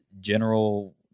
general